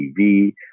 TV